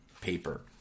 paper